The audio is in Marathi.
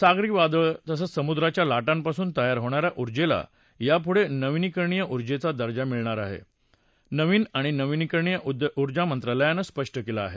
सागरी वादळं तसंच समुद्राच्या लाटांपासून तयार होणाऱ्या उर्जेला यापुढं नवीकरणीय उर्जेचा दर्जा दिला जाईल असं नवीन आणि नवकरणीय उर्जामंत्रालयानं स्पष्ट केलं आहे